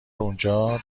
اونجا